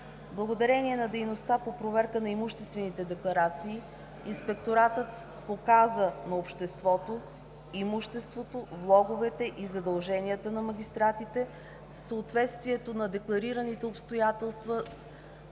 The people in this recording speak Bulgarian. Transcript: Благодарение на дейността по проверка на имуществените декларации Инспекторатът показа на обществото имуществото, влоговете и задълженията на магистратите, съответствието на декларираните обстоятелства